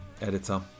Editor